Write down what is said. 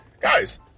guys